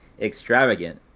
extravagant